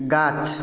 গাছ